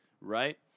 right